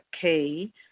key